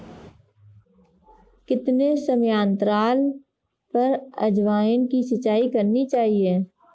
कितने समयांतराल पर अजवायन की सिंचाई करनी चाहिए?